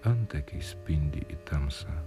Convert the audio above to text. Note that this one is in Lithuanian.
antakiai spindi į tamsą